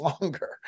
longer